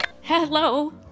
Hello